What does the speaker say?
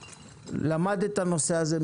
למד את הנושא הזה,